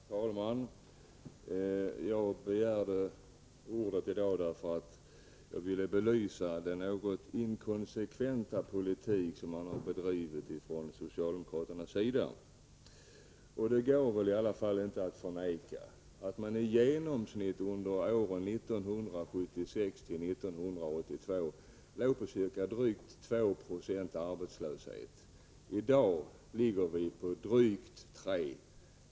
Herr talman! Jag begärde ordet i dag därför att jag ville belysa den något inkonsekventa politik som socialdemokraterna har bedrivit. Det går i alla fall inte att förneka att arbetslösheten under åren 1976-1982 i genomsnitt låg på ca2 90. I dag är den drygt 3 Ze.